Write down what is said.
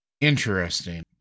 interesting